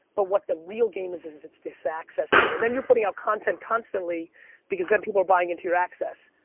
but what the real game is, is is this access thing. and then you're putting out content constantly because then people are buying into your access.